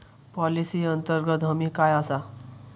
Policy अंतर्गत हमी काय आसा?